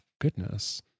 goodness